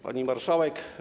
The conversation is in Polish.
Pani Marszałek!